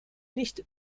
nicht